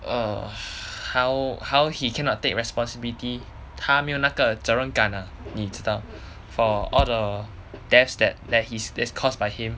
err how how he cannot take responsibility 他没有那个责任感 lah 你知道 for all the deaths that that he's that's caused by him